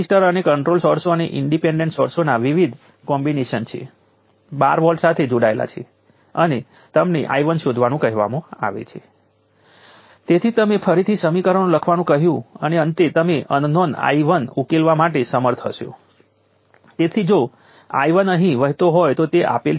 તેથી ચાર્જિંગ પ્રક્રિયા દરમિયાન તમે કેપેસિટરને એનર્જી પહોંચાડી હતી અને ડિસ્ચાર્જિંગ પ્રક્રિયા દરમિયાન જ્યારે વોલ્ટેજ e C થી 0 સુધી ઘટે છે ત્યારે તમે તે બધી એનર્જી પુનઃપ્રાપ્ત કરી શકો છો જે તે એટલી એનર્જી પહોંચાડે છે